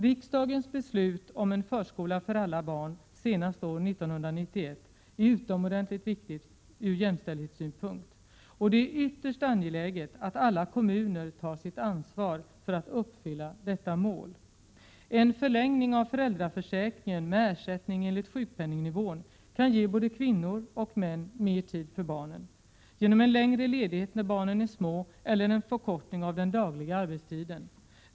Riksdagens beslut om en förskola för alla barn senast år 1991 är utomordentligt viktigt ur jämställdhetssynpunkt. Det är ytterst angeläget att alla kommuner tar sitt ansvar för att uppfylla detta mål. En förlängning av föräldraförsäkringen med ersättning enligt sjukpenningnivån kan ge både kvinnor och män mer tid för barnen — genom en längre ledighet när barnen är små eller en förkortning av den dagliga arbetstiden.